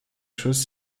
choses